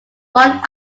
one